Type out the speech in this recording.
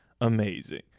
amazing